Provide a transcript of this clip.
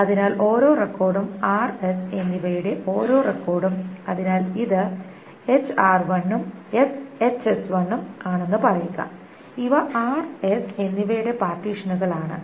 അതിനാൽ ഓരോ റെക്കോർഡും r s എന്നിവയുടെ ഓരോ റെക്കോർഡും അതിനാൽ ഇത് ഉം ഉം ആണെന്ന് പറയുക ഇവ r s എന്നിവയുടെ പാർട്ടീഷനുകൾ ആണ്